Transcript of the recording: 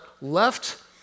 left